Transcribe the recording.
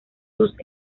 sus